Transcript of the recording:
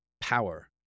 power—